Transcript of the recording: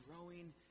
Growing